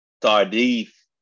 Tardif